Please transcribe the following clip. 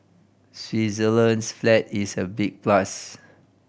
Switzerland's flag is a big plus